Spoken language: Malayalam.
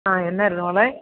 ആ എന്നായിരുന്നു മോളേ